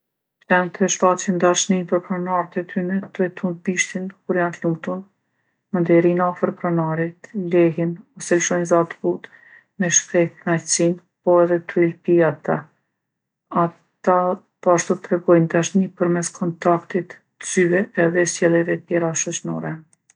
Qentë e shfaqin dashninë për pronart e tyne tu e tund bishtin kur janë t'lumtun, mandej rrijnë afër pronarit, lehin ose lshojnë za t'butë me shpreh knaqsi, po edhe tu i lpi ata. Ata poashtu tregojnë dashni përmes kontaktit t'syve edhe sjelljeve tjera shoqnore.